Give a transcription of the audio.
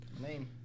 Name